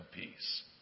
peace